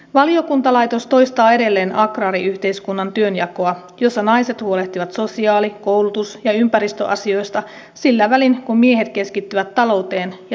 valiokuntalaitos toistaa edelleen agraariyhteiskunnan työnjakoa jossa naiset huolehtivat sosiaali koulutus ja ympäristöasioista sillä välin kun miehet keskittyvät talouteen ja turvallisuuteen